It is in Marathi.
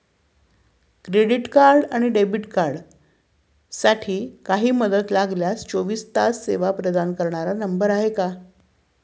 क्रेडिट आणि डेबिट कार्डसाठी काही मदत लागल्यास चोवीस तास सेवा प्रदान करणारा नंबर आहे का?